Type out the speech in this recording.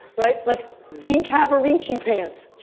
right? like z. cavaricci pants,